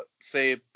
say